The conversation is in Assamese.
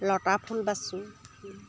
লতা ফুল বাচোঁ